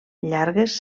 llargues